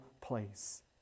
place